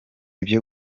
ibyo